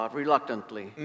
reluctantly